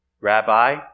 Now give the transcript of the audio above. Rabbi